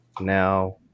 Now